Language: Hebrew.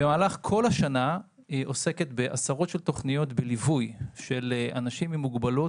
במהלך כל השנה היא עוסקת בעשרות תכניות בליווי של אנשים עם מוגבלות